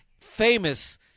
famous